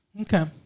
Okay